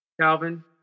Calvin